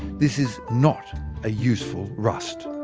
this is not a useful rust.